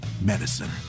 Medicine